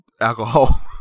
alcohol